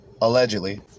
Allegedly